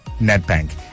NetBank